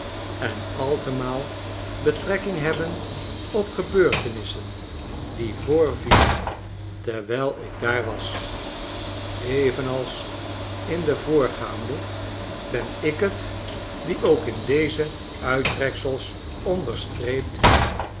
en altemaal betrekking hebben op gebeurtenissen die voorvielen terwijl ik daar was evenals in de voorgaande ben ik het die ook in deze uittreksels onderstreept heb